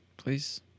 Please